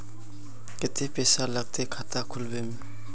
केते पैसा लगते खाता खुलबे में?